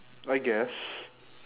I guess